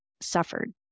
suffered